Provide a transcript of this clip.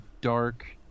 dark